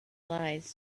lies